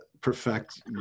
perfect